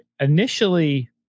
initially